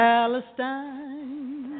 Palestine